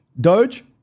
Doge